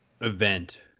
Event